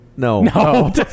No